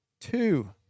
two